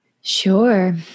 Sure